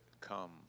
come